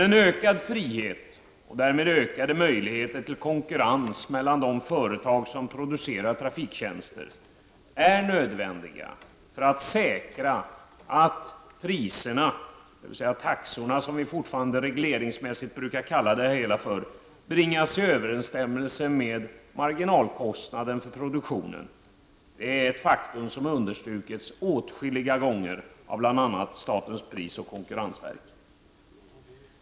En ökad frihet, och därmed ökade möjligheter till konkurrens mellan de företag som producerat trafiktjänster, är nödvändig för att säkra att priserna, dvs. taxorna som vi fortfarande regleringsmässigt brukar kalla dem, bringas i överenstämmelse med marginalkostnaden för produktionen. Det är ett faktum som har understrukits åtskilliga gånger av bl.a. statens prisoch konkurrensverk.